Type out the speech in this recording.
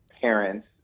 parents